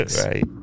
Right